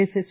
S S